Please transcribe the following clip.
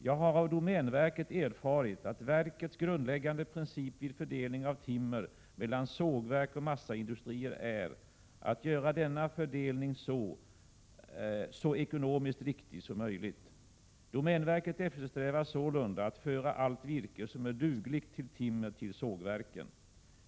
Jag har av domänverket erfarit att verkets grundläggande princip vid fördelning av timmer mellan sågverk och massaindustrier är att göra denna fördelning så ekonomiskt riktig som möjligt. Domänverket eftersträvar sålunda att föra allt virke som är dugligt till timmer till sågverken.